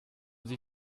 sie